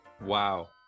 Wow